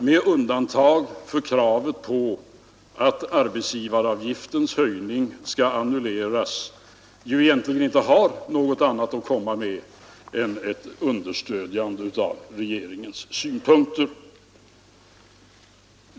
Med undantag för kravet på att arbetsgivaravgiftens höjning skall annulleras har han ju egentligen inte något annat att komma med än ett understödjande av regeringens synpunkter.